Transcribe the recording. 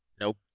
Nope